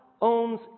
owns